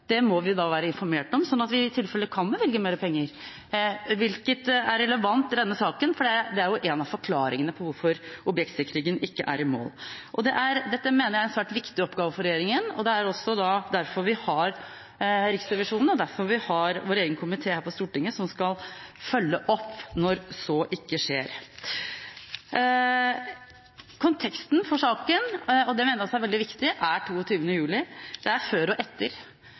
Det må vi være informert om, slik at vi i tilfelle kan bevilge mer penger – hvilket er relevant i denne saken, fordi det er en av forklaringene på hvorfor objektsikringen ikke er i mål. Dette mener jeg er en svært viktig oppgave for regjeringen. Det er også derfor vi har Riksrevisjonen, og det er derfor vi har vår egen komité her på Stortinget som skal følge opp når så ikke skjer. Konteksten i saken, og det mener jeg også er veldig viktig, er 22. juli. Det er før og etter.